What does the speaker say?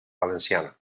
valenciana